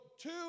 Two